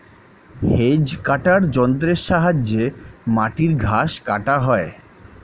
hedge cutter যন্ত্রের সাহায্যে মাটির ঘাস কাটা হয়